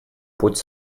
путь